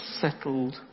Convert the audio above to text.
settled